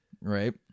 Right